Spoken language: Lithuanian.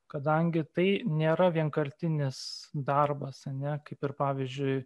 kadangi tai nėra vienkartinis darbas ar ne kaip ir pavyzdžiui